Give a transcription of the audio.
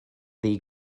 ddi